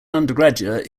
undergraduate